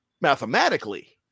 mathematically